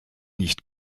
nicht